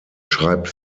schreibt